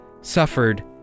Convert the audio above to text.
suffered